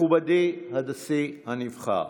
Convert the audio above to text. מכובדי הנשיא הנבחר,